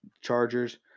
Chargers